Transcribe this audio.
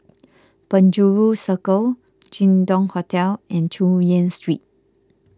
Penjuru Circle Jin Dong Hotel and Chu Yen Street